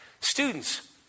Students